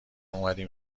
اومدیم